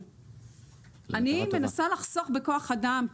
אני מנסה לחסוך בכוח אדם,